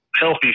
healthy